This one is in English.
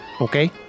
Okay